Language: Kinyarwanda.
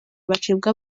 bacibwa